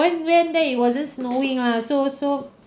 went went there it wasn't snowing ah so so